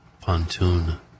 pontoon